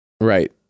right